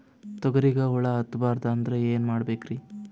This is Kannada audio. ತೊಗರಿಗ ಹುಳ ಹತ್ತಬಾರದು ಅಂದ್ರ ಏನ್ ಮಾಡಬೇಕ್ರಿ?